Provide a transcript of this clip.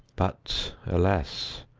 but alas!